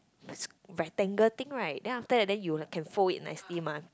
sq~ rectangle thing right then after and then you can fold it nicely mah